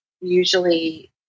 Usually